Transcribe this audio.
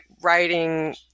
writing